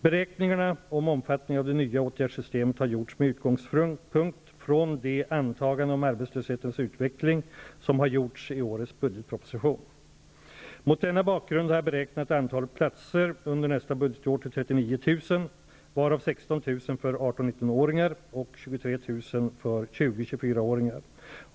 Beräkningarna beträffande om fattningen av det nya åtgärdssystemet har gjorts med utgångspunkt i de antaganden om arbetslös hetens utveckling som har gjorts i årets budgetpro position. Mot denna bakgrund har jag beräknat antalet platser under nästa budgetår till 39 000, varav åringar.